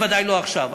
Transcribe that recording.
בוודאי לא עכשיו.